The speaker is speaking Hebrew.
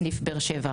בסניף באר-שבע.